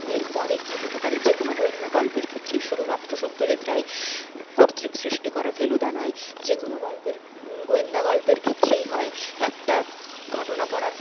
এর পরে কী হতে পারে যেকোনো গোয়েন্দা গল্পের ক্ষেত্রেই শুধুমাত্র সত্যজিত রায় কর্তৃক সৃষ্টি করা ফেলুদা নয় যেকোনো গল্পের গোয়েন্দা গল্পের ক্ষেত্রেই হয় একটা ঘটনা পড়ার